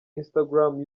instagram